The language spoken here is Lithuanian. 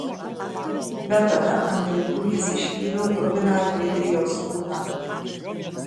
bet tada ant grindų jis išvydo kruviną dmitrijaus kūną